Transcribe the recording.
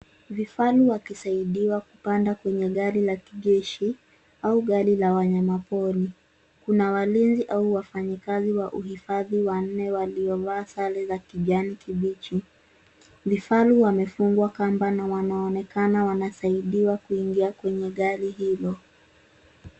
Vifaru wakisaidiwa kupanda kwenye gari la kijeshi au gari la wanyama pori kuna walinzi au wafanyikazi wa uhifadhi wanne waliovaa sare za kijani kibichi vifaru wamefungwa kamba na wanaonekana wanasaidiwa kuingia kwenye gari hilo.